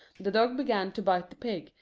the dog began to bite the pig,